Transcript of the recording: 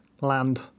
land